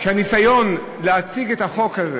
הניסיון להציג את החוק הזה